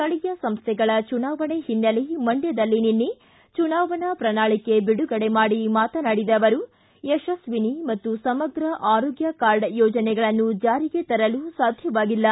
ಸ್ಟಳೀಯ ಸಂಸ್ವೆಗಳ ಚುನಾವಣೆ ಓನ್ನೆಲೆ ಮಂಡ್ಕದಲ್ಲಿ ನಿನ್ನೆ ಚುನಾವಣಾ ಪ್ರಣಾಳಿಕೆ ಬಿಡುಗಡೆ ಮಾಡಿ ಮಾತನಾಡಿದ ಅವರು ಯಶಸ್ವಿನಿ ಮತ್ತು ಸಮಗ್ರ ಆರೋಗ್ಯ ಕಾರ್ಡ್ ಯೋಜನೆಗಳನ್ನು ಜಾರಿಗೆ ತರಲು ಸಾಧ್ಯವಾಗಿಲ್ಲ